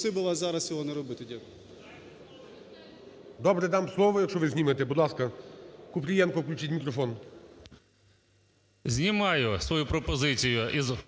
Добре, дам слово, якщо ви знімете. Будь ласка, Купрієнко включіть мікрофон.